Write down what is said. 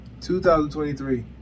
2023